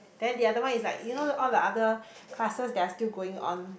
then the other one is like you know all the other classes that are still going on